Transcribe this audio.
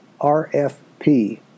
RFP